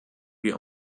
wir